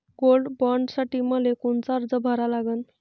Gold बॉण्डसाठी मले कोनचा अर्ज भरा लागन?